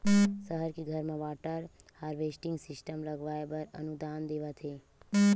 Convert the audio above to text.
सहर के घर म वाटर हारवेस्टिंग सिस्टम लगवाए बर अनुदान देवत हे